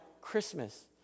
Christmas